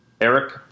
Eric